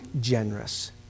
generous